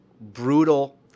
brutal